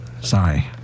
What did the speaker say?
Sorry